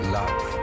love